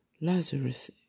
Lazarus